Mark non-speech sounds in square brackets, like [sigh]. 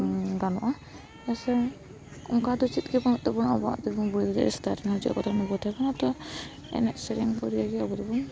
ᱵᱟᱹᱱᱩᱜᱼᱟ ᱥᱮ [unintelligible] ᱚᱱᱠᱟ ᱫᱚ ᱪᱮᱫ ᱜᱮ ᱵᱟᱹᱱᱩᱜ ᱛᱟᱵᱚᱱᱟ ᱟᱵᱚᱭᱟᱜ ᱮᱱᱮᱡ ᱥᱮᱨᱮᱧ ᱠᱚ ᱟᱵᱚ ᱫᱚᱵᱚᱱ